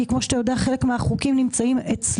כי כמו שאתה יודע חלק מהחוקים נמצאים אצלו.